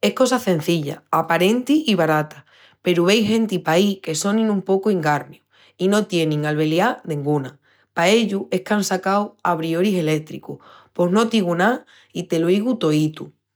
Es cosa cenzilla, aparenti i barata peru veis genti paí que sonin un pocu ingarnius i no tienin albeliá denguna. Pa ellus es qu'án sacau abrioris elétricus... pos no t'igu ná i te lo igu toítu...